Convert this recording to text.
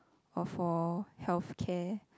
or for health care